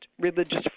religious